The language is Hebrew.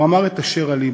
הוא אמר את אשר על לבו,